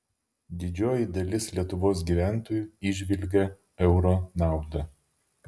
didžioji dalis lietuvos gyventojų įžvelgia euro naudą